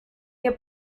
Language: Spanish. que